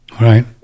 Right